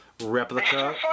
replica